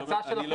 אני לא